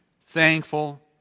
thankful